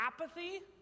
apathy